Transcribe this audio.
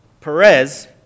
Perez